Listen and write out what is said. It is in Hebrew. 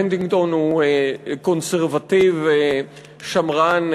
הנטינגטון הוא קונסרבטיבי שמרן,